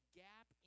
gap